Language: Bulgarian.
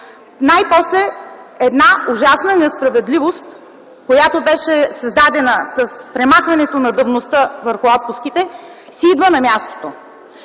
Най-после една ужасна несправедливост, която беше създадена с премахването на давността върху отпуските, си идва на мястото.